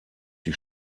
die